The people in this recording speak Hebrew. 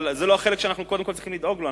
אבל זה לא החלק שאנחנו צריכים לדאוג לו.